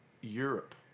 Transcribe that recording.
Europe